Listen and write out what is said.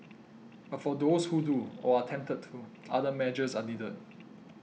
but for those who do or are tempted to other measures are needed